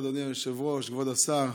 ברשות אדוני היושב-ראש, כבוד השר,